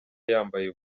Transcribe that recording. yambaye